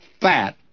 fat